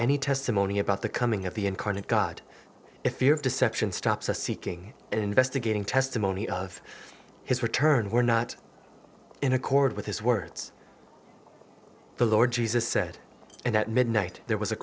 any testimony about the coming of the incarnate god if your deception stops us seeking investigating testimony of his return we're not in accord with his words the lord jesus said and at midnight there was a